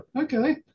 okay